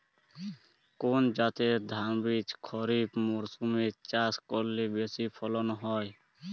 কোন জাতের ধানবীজ খরিপ মরসুম এ চাষ করলে বেশি ফলন হয়?